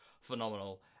phenomenal